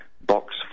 box